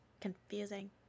confusing